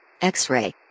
X-Ray